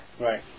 Right